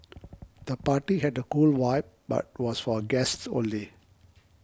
the party had a cool vibe but was for guests only